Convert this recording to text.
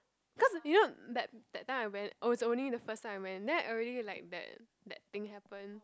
cause you know that that time I went was only the first time I went then already like that that thing happen